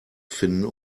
finden